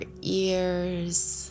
ears